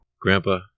Grandpa